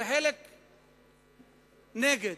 וחלק מהם נגד.